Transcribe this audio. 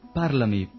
parlami